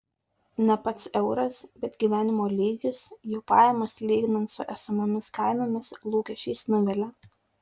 ne pats euras bet gyvenimo lygis jų pajamos lyginant su esamomis kainomis lūkesčiais nuvilia